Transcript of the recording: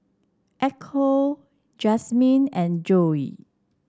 Echo Jazmine and Joe